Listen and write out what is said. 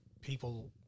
people